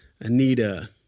Anita